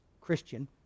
Christian